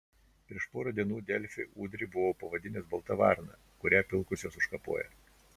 prieš porą dienų delfi udrį buvau pavadinęs balta varna kurią pilkosios užkapoja